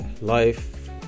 life